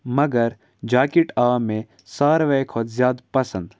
مگر جاکٮ۪ٹ آو مےٚ سارِوٕے کھۄتہٕ زیادٕ پَسنٛد